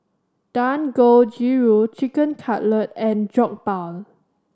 Dangojiru Chicken Cutlet and Jokbal